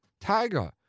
Tiger